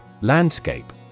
Landscape